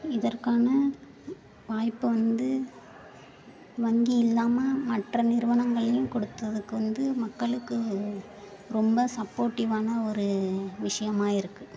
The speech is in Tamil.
இதற்கான வாய்ப்பை வந்து வங்கி இல்லாமல் மற்ற நிறுவனங்கள்லேயும் கொடுத்ததுக்கு வந்து மக்களுக்கு ரொம்ப சப்போர்டிவான ஒரு விஷயமாக இருக்குது